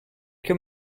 que